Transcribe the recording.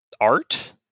art